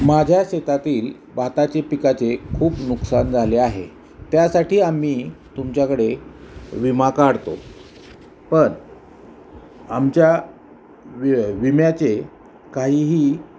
माझ्या शेतातील भाताचे पिकाचे खूप नुकसान झाले आहे त्यासाठी आम्ही तुमच्याकडे विमा काढतो पण आमच्या वि विम्याचे काहीही